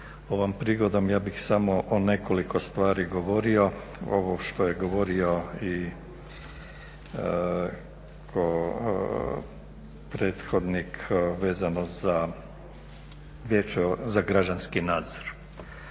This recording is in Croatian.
Ovom prigodom ja bih samo o nekoliko stvari govorio, ovo što je govorio i prethodnik vezano za Vijeće za građanski nadzor.